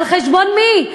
על חשבון מי?